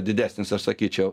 didesnis aš sakyčiau